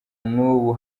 n’ubu